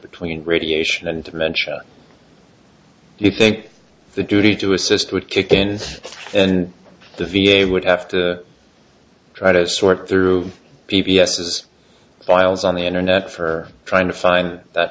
between radiation and to mention you think the duty to assist with chickens and the v a would have to try to sort through p b s as files on the internet for trying to find that